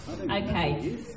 Okay